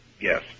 Yes